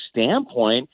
standpoint